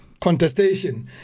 contestation